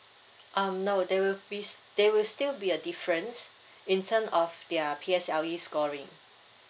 um no there will be there will still be a difference in terms of their P_S_L_E scoring